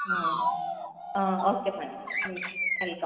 okay fine welcome